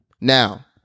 now